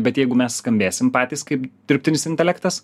bet jeigu mes skambėsim patys kaip dirbtinis intelektas